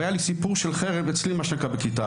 היה לי סיפור של חרם אצלי בכיתה.